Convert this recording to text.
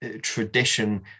tradition